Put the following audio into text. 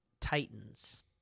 titans